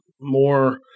more